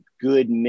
good